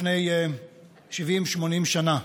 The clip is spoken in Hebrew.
לפני 70, 80 שנה.